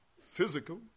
physical